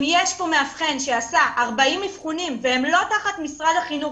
אם יש פה מאבחן שעשה 40 אבחונים והם לא תחת משרד החינוך